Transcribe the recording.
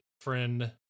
friend